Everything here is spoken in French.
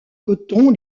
coton